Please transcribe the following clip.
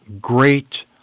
great